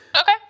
okay